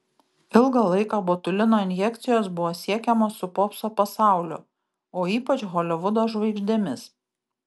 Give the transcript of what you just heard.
ilgą laiką botulino injekcijos buvo siekiamos su popso pasauliu o ypač holivudo žvaigždėmis